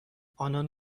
آنان